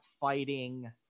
fighting